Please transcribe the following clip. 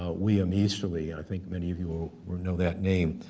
ah liam easterly, think many of you know that name,